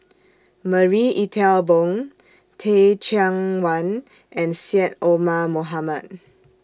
Marie Ethel Bong Teh Cheang Wan and Syed Omar Mohamed